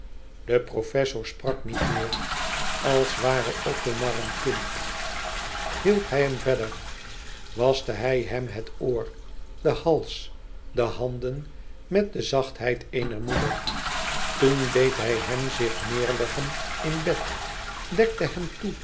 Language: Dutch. de professor sprak niet meer als ware othomar een kind hielp hij hem verder waschte hij hem het oor den hals de handen met de zachtheid eener moeder toen deed hij hem e ids aargang zich neêrleggen in bed dekte hem toe